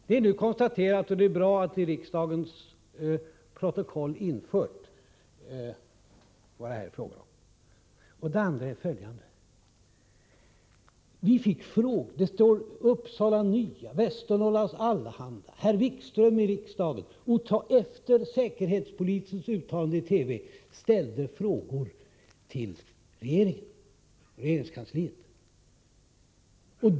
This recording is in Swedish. Det är nu konstaterat — och det är bra att detta blir inskrivet i riksdagens protokoll — vad det är fråga om. Det andra är följande: Vi fick frågor i regeringskansliet. De ställdes efter säkerhetspolisens uttalande i TV, i Upsala Nya Tidning, i Västernorrlands Allehanda och här i riksdagen av herr Wikström etc.